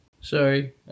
Sorry